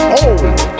old